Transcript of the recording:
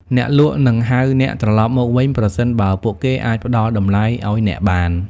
អ្នកលក់នឹងហៅអ្នកត្រឡប់មកវិញ ប្រសិនបើពួកគេអាចផ្តល់តម្លៃឱ្យអ្នកបាន។